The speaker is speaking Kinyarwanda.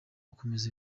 gukomeza